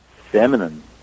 feminine